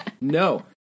no